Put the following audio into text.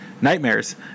nightmares